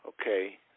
Okay